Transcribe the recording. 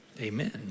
Amen